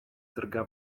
drga